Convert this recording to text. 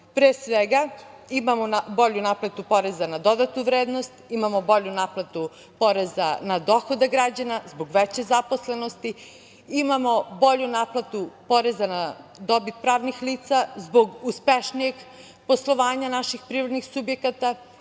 Pre svega, imamo bolju naplatu poreza na dodatu vrednost, imamo bolju naplatu poreza na dohodak građana zbog veće zaposlenosti, imamo bolju naplatu poreza na dobit pravnih lica zbog uspešnijeg poslovanja naših privrednih subjekata,